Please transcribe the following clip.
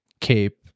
cape